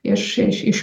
iš iš iš